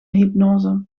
hypnose